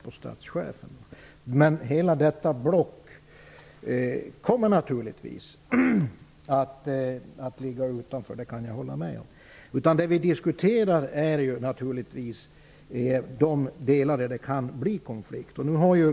Men jag kan hålla med om att hela detta block kommer att ligga utanför. Det vi diskuterar är de delar där det kan bli konflikter.